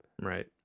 Right